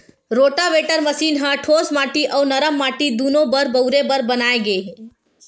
rotavator machine ह ठोस माटी अउ नरम माटी दूनो म बउरे बर बनाए गे हे